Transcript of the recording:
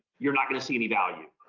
you're not going to see any value.